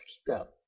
step